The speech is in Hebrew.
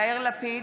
יאיר לפיד,